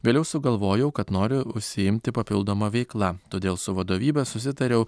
vėliau sugalvojau kad noriu užsiimti papildoma veikla todėl su vadovybe susitariau